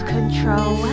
Control